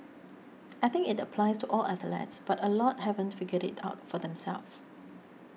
I think it applies to all athletes but a lot haven't figured it out for themselves